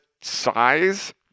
size